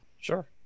Sure